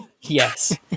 Yes